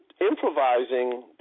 improvising